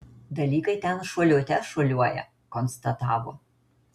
dalykai ten šuoliuote šuoliuoja konstatavo